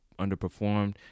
underperformed